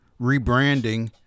rebranding